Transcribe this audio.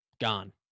Gone